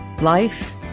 life